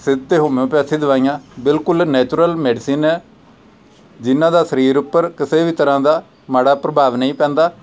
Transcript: ਸਿਧ ਅਤੇ ਹੋਮਿਓਪੈਥੀ ਦਵਾਈਆਂ ਬਿਲਕੁਲ ਨੈਚੁਰਲ ਮੈਡੀਸਨ ਆ ਜਿਨ੍ਹਾਂ ਦਾ ਸਰੀਰ ਉੱਪਰ ਕਿਸੇ ਵੀ ਤਰ੍ਹਾਂ ਦਾ ਮਾੜਾ ਪ੍ਰਭਾਵ ਨਹੀਂ ਪੈਂਦਾ